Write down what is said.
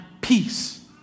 peace